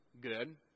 good